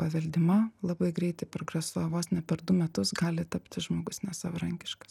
paveldima labai greitai progresuoja vos ne per du metus gali tapti žmogus nesavarankiškas